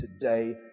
today